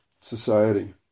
society